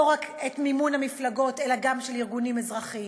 לא רק את מימון המפלגות אלא גם ארגונים אזרחיים,